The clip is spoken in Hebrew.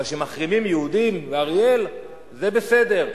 אבל כשמחרימים יהודים באריאל זה בסדר.